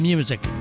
Music